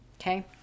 okay